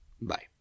Bye